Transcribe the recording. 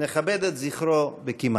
נכבד את זכרו בקימה.